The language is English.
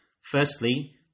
Firstly